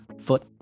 Foot